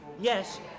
Yes